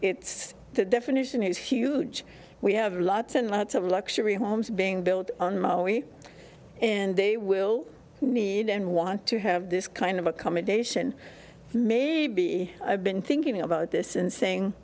it's the definition is huge we have lots and lots of luxury homes being built on maui and they will need and want to have this kind of accommodation may be i've been thinking about this in saying